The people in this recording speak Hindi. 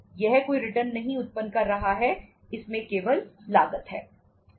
यह कोई रिटर्न नहीं उत्पन्न कर रहा है इसमें केवल लागत है